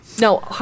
No